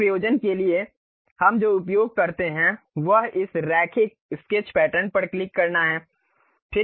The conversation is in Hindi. इस प्रयोजन के लिए हम जो उपयोग करते हैं वह इस रैखिक स्केच पैटर्न पर क्लिक करना है